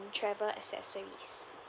travel accessories